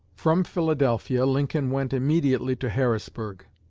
from philadelphia lincoln went immediately to harrisburg,